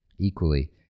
equally